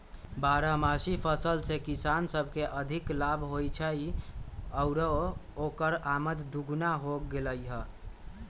बारहमासी फसल से किसान सब के अधिक लाभ होई छई आउर ओकर आमद दोगुनी हो गेलई ह